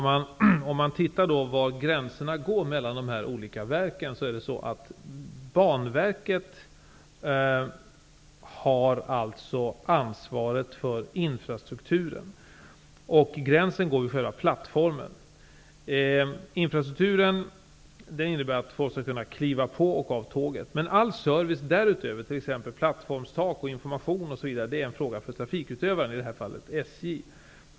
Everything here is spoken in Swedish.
Herr talman! Vad beträffar dessa olika verks uppgifter har Banverket ansvaret för infrastrukturen, och gränsen går vid själva plattformen. I infrastrukturen ingår de anläggningar som gör att folk kan kliva på och av tåget, men all service därutöver, t.ex. plattformstak, information osv. är en fråga för trafikutövaren, i det här fallet SJ.